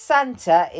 Santa